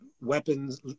weapons